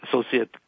associate